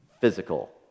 physical